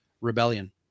rebellion